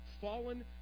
fallen